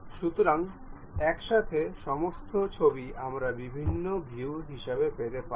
সুতরাং একসাথে সমস্ত ছবি আমরা বিভিন্ন ভিউ হিসাবে পেতে পারি